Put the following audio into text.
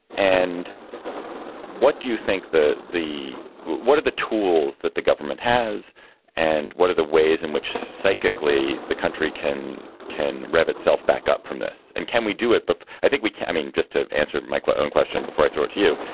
and what do you think the the what are the tools that the government has and what are the ways in which psychically the country can can rev itself back up from this? and can we do it? but i think we can. i mean, just to answer my quote one question before i throw it to you,